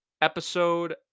episode